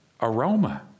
aroma